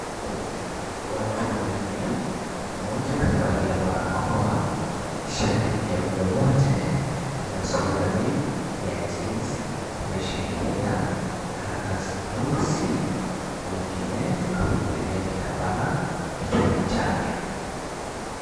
Watu wanne, mmoja kavalia barakoa, shati nyeupe wote, na suruali ya jeans , wameshikilia karatasi nyeusi, mwengine kafungilia kitambara kichwani chake.